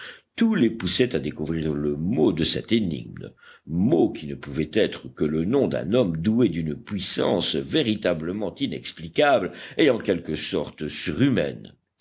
tout les poussait à découvrir le mot de cette énigme mot qui ne pouvait être que le nom d'un homme doué d'une puissance véritablement inexplicable et en quelque sorte surhumaine